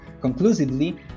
Conclusively